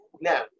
now